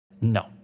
no